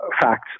facts